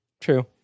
True